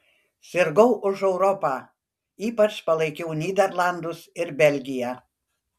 sirgau už europą ypač palaikiau nyderlandus ir belgiją